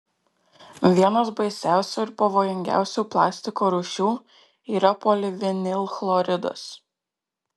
vienas baisiausių ir pavojingiausių plastiko rūšių yra polivinilchloridas